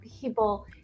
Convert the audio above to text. people